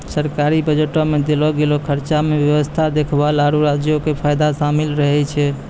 सरकारी बजटो मे देलो गेलो खर्चा मे स्वास्थ्य देखभाल, आरु राज्यो के फायदा शामिल रहै छै